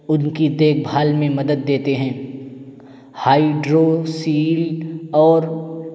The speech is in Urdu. ان کی دیکھ بھال میں مدد دیتے ہیں ہائڈرو سیل اور